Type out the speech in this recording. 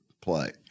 play